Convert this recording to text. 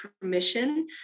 permission